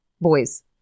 boys